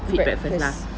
feed breakfast lah